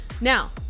Now